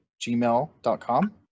gmail.com